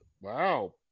Wow